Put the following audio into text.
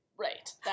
right